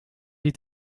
est